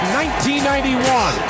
1991